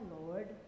Lord